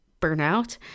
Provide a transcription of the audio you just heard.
burnout